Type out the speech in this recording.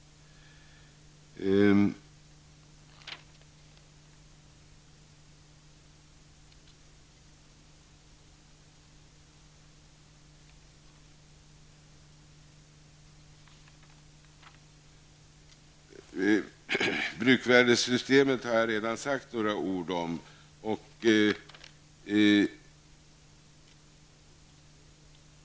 Jag har redan sagt några ord om bruksvärdessystemet.